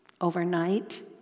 overnight